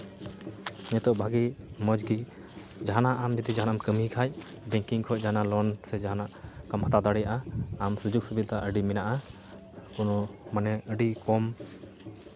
ᱱᱤᱛᱚᱜ ᱵᱷᱟᱜᱮ ᱢᱚᱡᱽᱜᱮ ᱡᱟᱦᱟᱱᱟᱜ ᱟᱢ ᱡᱩᱫᱤ ᱡᱟᱦᱟᱱᱟᱜ ᱮᱢ ᱠᱟᱹᱢᱤᱭ ᱠᱷᱟᱡ ᱵᱮᱝᱠᱤᱝ ᱠᱷᱚᱡ ᱡᱟᱦᱟᱱᱟᱜ ᱞᱳᱱ ᱥᱮ ᱡᱟᱦᱟᱱᱟᱜ ᱚᱱᱠᱟᱢ ᱦᱟᱛᱟᱣ ᱫᱟᱲᱮᱜᱼᱟ ᱟᱢ ᱚᱱᱠᱟ ᱥᱩᱡᱳᱜᱽ ᱥᱩᱵᱤᱫᱟ ᱟᱹᱰᱤ ᱢᱮᱱᱟᱜᱼᱟ ᱠᱚᱱᱳ ᱢᱟᱱᱮ ᱟᱹᱰᱤ ᱠᱚᱢ